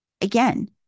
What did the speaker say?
Again